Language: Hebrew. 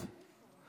אדוני השר,